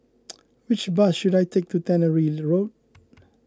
which bus should I take to Tannery Road